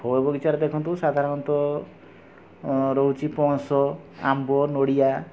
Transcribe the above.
ଫଳ ବଗିଚାରେ ଦେଖନ୍ତୁ ସାଧାରଣତଃ ରହୁଛି ପଣସ ଆମ୍ବ ନଡ଼ିଆ